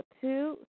Two